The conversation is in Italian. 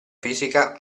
fisica